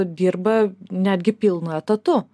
dirba netgi pilnu etatu